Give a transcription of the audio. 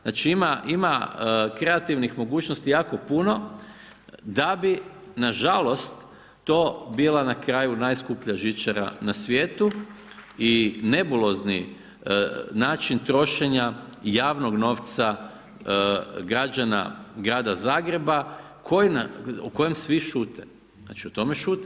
Znači ima kreativnih mogućnosti jako puno, da bi nažalost, to bila na kraju najskuplja žičara na svijetu i nebulozni način trošenja javnog novca građana Grada Zagreba o kojem svi šute, znači o tome šute.